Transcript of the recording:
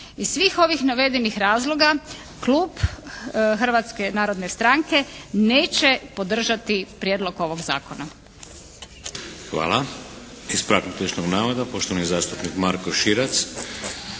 Iz svih ovih navedenih razloga klub Hrvatske narodne stranke neće podržati prijedlog ovog zakona. **Šeks, Vladimir (HDZ)** Hvala. Ispravak netočnog navoda, poštovani zastupnik Marko Širac.